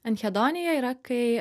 anhedonija yra kai